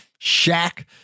Shaq